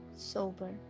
Sober